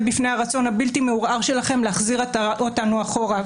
בפני הרצון הבלתי מעורער שלכם להחזיר אותנו אחורה,